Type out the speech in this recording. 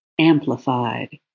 amplified